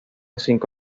cinco